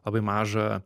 labai mažą